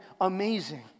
amazing